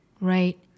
Right